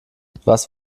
was